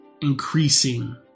increasing